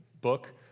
book